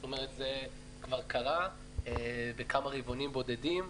זאת אומרת, זה כבר קרה בכמה רבעונים בודדים.